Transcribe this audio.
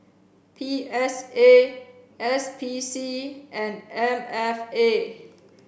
P S A S P C and M F A